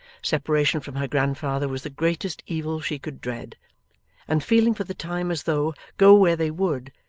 separation from her grandfather was the greatest evil she could dread and feeling for the time as though, go where they would,